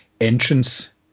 entrance